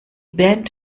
band